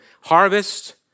harvest